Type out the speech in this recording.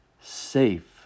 Safe